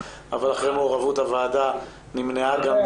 אבל אחרי מעורבות הוועדה נמנעה גם